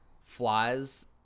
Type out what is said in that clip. flies